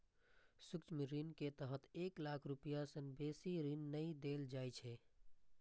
सूक्ष्म ऋण के तहत एक लाख रुपैया सं बेसी ऋण नै देल जाइ छै